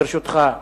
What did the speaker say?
ברשותך,